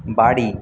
বাড়ি